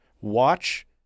Watch